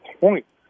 points